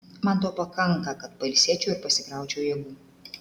man to pakanka kad pailsėčiau ir pasikraučiau jėgų